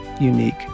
unique